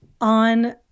on